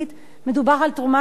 מדובר על תרומה אלטרואיסטית.